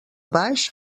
baix